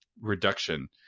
reduction